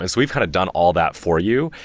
and we've kind of done all that for you.